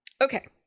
Okay